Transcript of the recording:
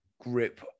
grip